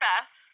best